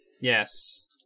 Yes